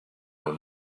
were